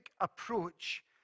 approach